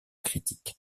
critique